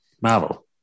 Marvel